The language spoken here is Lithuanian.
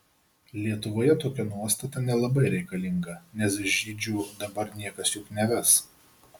lietuvoje tokia nuostata nelabai reikalinga nes žydžių dabar niekas juk neves